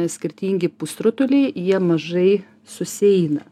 skirtingi pusrutuliai jie mažai susieina